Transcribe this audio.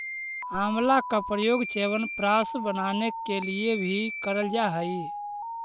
आंवला का प्रयोग च्यवनप्राश बनाने के लिए भी करल जा हई